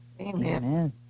Amen